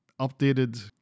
updated